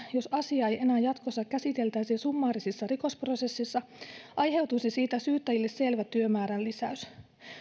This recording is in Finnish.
jos asiaa ei enää jatkossa käsiteltäisi summaarisessa rikosprosessissa aiheutuisi siitä syyttäjän avion mukaan syyttäjille selvä työmäärän lisäys